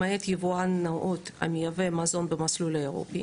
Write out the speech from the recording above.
למעט יבואן נאות המייבא מזון במסלול האירופי